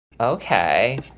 okay